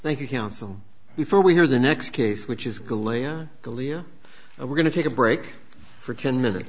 thank you counsel before we hear the next case which is gaulin and we're going to take a break for ten minutes